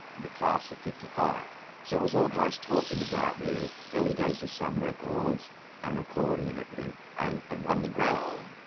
the class of fifty five so it was all guys talking about their early days much sun records and recording and everything and and won the grammy.